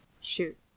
Shoot